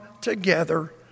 together